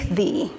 thee